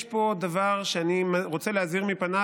יש פה דבר שאני רוצה להזהיר מפניו,